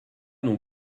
non